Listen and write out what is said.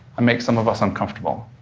and makes some of us uncomfortable.